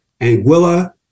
Anguilla